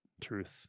truth